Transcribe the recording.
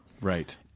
Right